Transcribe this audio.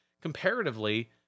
comparatively